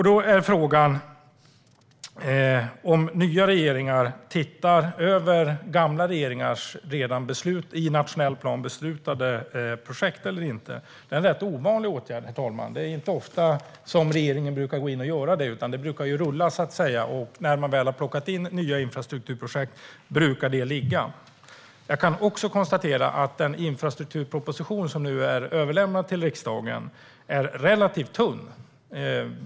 Då är frågan om nya regeringar tittar över gamla regeringars i nationell plan beslutade projekt eller inte. Det är en rätt ovanlig åtgärd, herr talman. Det är inte ofta som regeringen går in och gör det, utan det brukar rulla, så att säga. När man väl har plockat in nya infrastrukturprojekt brukar de ligga. Jag kan också konstatera att den infrastrukturproposition som nu är överlämnad till riksdagen är relativt tunn.